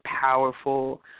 powerful